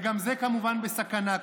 וגם זה כמובן כבר בסכנה,